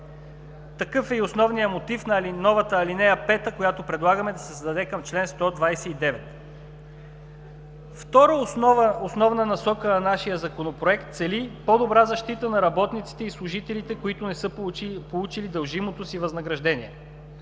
Такъв е и основният мотив на новата ал. 5, която предлагаме да се създаде към чл. 129. Втората основна насока на нашия Законопроект цели по-добра защита на работниците и служителите, които не са получили дължимото си възнаграждение.